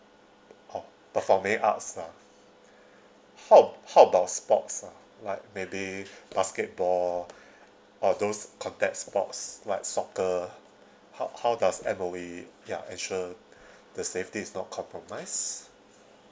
oh performing arts lah how how about sports lah like maybe basketball or those contact sports like soccer how how does M_O_E ya ensure the safety is not compromised